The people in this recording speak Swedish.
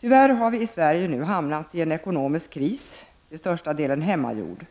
Tyvärr har vi i Sverige hamnat i en till största delen hemmagjord ekonomisk kris,